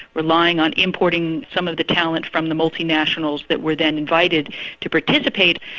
relying on importing some of the talent from the multinationals that were then invited to participate.